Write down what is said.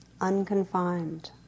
unconfined